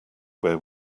where